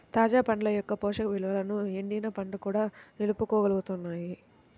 తాజా పండ్ల యొక్క పోషక విలువలను ఎండిన పండ్లు కూడా నిలుపుకోగలుగుతాయి